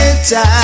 time